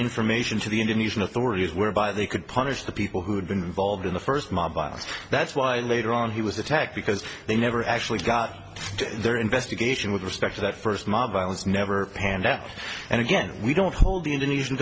information to the indonesian authorities whereby they could punish the people who had been involved in the first mob violence that's why later on he was attacked because they never actually got to their investigation with respect to that first mob violence never panned out and again we don't hold the indonesian